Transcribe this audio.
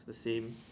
the same